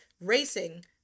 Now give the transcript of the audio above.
racing